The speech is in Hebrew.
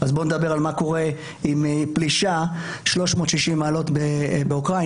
אז בואו נדבר על מה קורה עם פלישה של 360 מעלות באוקראינה,